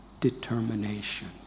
determination